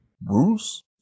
Bruce